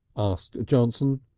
asked johnson.